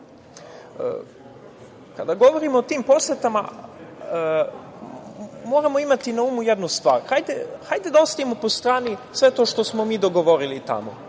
Kada govorim o tim posetama moramo imati na umu jednu stvar, hajde da ostavimo po strani sve to što smo mi dogovorili tamo,